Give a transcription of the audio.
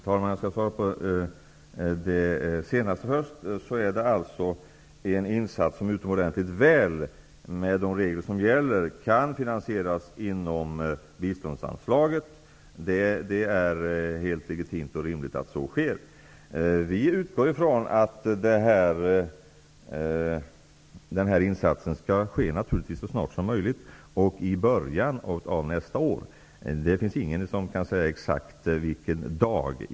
Herr talman! Detta är alltså en insats som utomordentligt väl kan finansieras inom biståndsanslaget enligt de regler som gäller. Det är helt legitimt och rimligt att så sker. Vi utgår ifrån att insatsen skall göras så snart som möjligt, dvs. i början av nästa år. Det finns ingen som kan säga exakt dag.